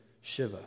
Shiva